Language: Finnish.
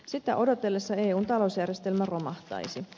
sitä odotellessa eun talousjärjestelmä romahtaisi